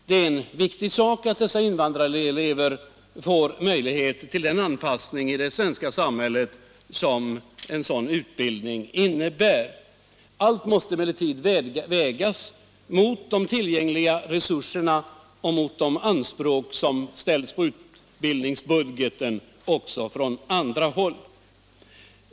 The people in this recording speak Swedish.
Det är viktigt att dessa invandrarelever får möjlighet till den anpassning i det svenska samhället som en sådan utbildning innebär. Allt måste emellertid vägas mot de tillgängliga resurserna och mot de anspråk som ställs på utbildningsbudgeten också från andra håll.